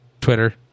Twitter